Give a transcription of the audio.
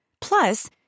Plus